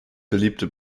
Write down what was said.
beliebte